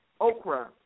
okra